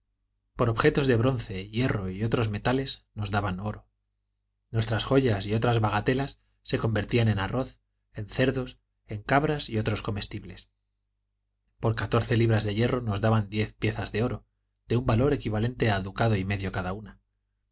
por objetos de bronce hierro y otros metales nos daban oro nuestras joyas y otras bagatelas se convertían en arroz en cerdos en cabras y otros comestibles por catorce libras de hierro nos daban diez piezas de oro de un valor equivalente a ducado y medio cada una